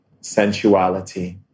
sensuality